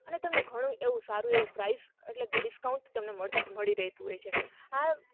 અને તમને ઘણુંય એવું સારું એવું પ્રાઇઝ એટલે કે ડિસ્કાઉન્ટ તમને મળ મળી રહેતું હોય છે આ